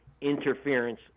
interference